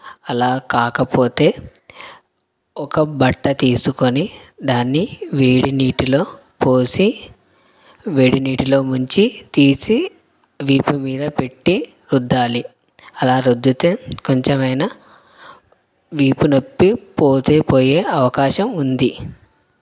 అలా కాకపోతే ఒక బట్ట తీసుకొని దాన్ని వేడి నీటిలో పోసి వేడి నీటిలో ముంచి తీసి వీపు మీద పెట్టి రుద్దాలి అలా రుద్దితే కొంచెం అయినా వీపు నొప్పి పోతే పోయే అవకాశం ఉంది